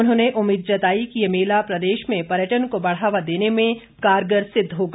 उन्होंने उम्मीद जताई कि ये मेला प्रदेश में पर्यटन को बढ़ावा देने में कारगर सिद्ध होगा